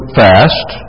fast